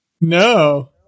No